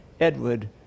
Edward